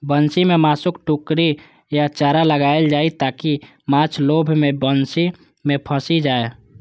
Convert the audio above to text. बंसी मे मासुक टुकड़ी या चारा लगाएल जाइ, ताकि माछ लोभ मे बंसी मे फंसि जाए